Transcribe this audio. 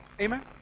Amen